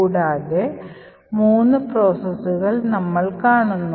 കൂടാതെ മൂന്ന് പ്രോസസ്സുകളുണ്ടെന്ന് നമ്മൾ കാണുന്നു